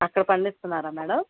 అక్కడ పండిస్తున్నారా మేడం